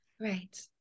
right